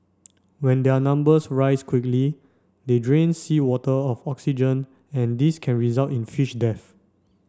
when their numbers rise quickly they drain seawater of oxygen and this can result in fish death